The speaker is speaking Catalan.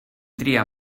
tria